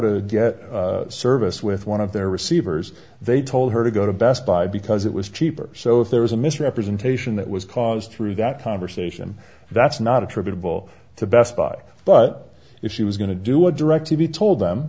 to get service with one of their receivers they told her to go to best buy because it was cheaper so if there was a misrepresentation that was caused through that conversation that's not attributable to best buy but if she was going to do a directv told them